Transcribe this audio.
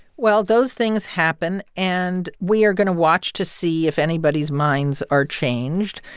well, those things happen. and we are going to watch to see if anybody's minds are changed.